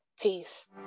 Peace